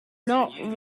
not